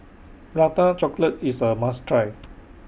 Prata Chocolate IS A must Try